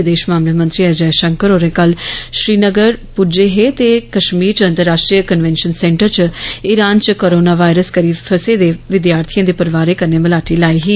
विदेश मामले दे मंत्री एस जयशंकर होर कल श्रीनगर प्रज्जे हे ते कश्मीर च अंतर्राष्ट्रीय कन्वैंशन सेंटर च ईरान च कोराना वायरस करी फसे दे विद्यार्थियें दे परोआरें कन्नै मलाटी लाई ही